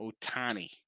Otani